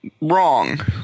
wrong